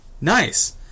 Nice